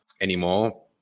anymore